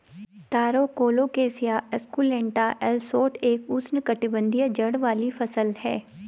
तारो colocasia esculenta L Schott एक उष्णकटिबंधीय जड़ वाली फसल है